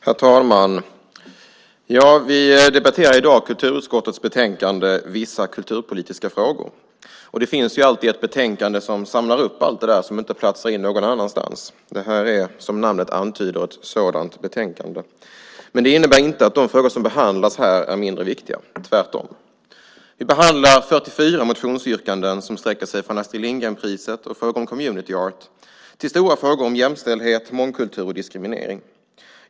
Herr talman! Vi debatterar i dag kulturutskottets betänkande Vissa kulturpolitiska frågor . Det finns ju alltid ett betänkande som samlar upp allt det där som inte riktigt platsar någon annanstans. Det här är, som namnet antyder, ett sådant betänkande. Det innebär inte att de frågor som behandlas här är mindre viktiga, tvärtom. Vi behandlar 44 motionsyrkanden som sträcker sig från Astrid Lindgren-priset och frågor om community art till stora frågor om jämställdhet, mångkultur och diskriminering.